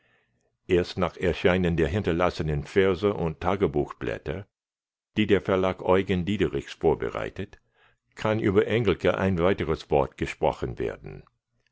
erst nach erscheinen der hinterlassenen verse und tagebuchblätter die der verlag eugen diederichs vorbereitet kann über engelke ein weiteres wort gesprochen werden